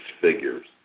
figures